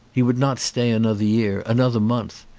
he would not stay an other year, another month.